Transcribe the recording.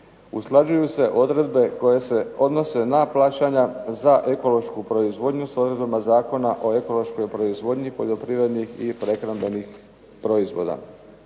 Usklađuju se odredbe koje se odnose na plaćanja za ekološku proizvodnju sa odredbama Zakona o ekološkoj proizvodnji i poljoprivredi i prehrambenih proizvoda.